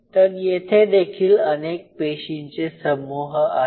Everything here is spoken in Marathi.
तर येथे देखील अनेक पेशींचे समूह आहे